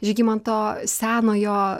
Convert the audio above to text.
žygimanto senojo